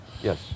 Yes